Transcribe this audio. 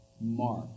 Mark